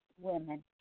women